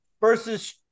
Versus